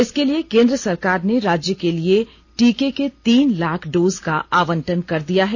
इसके लिए केंद्र सरकार ने राज्य के लिए टीके के तीनलाख डोज का आवंटन कर दिया है